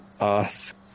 ask